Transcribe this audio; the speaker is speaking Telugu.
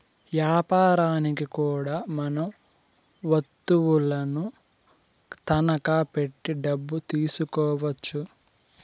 యాపారనికి కూడా మనం వత్తువులను తనఖా పెట్టి డబ్బు తీసుకోవచ్చు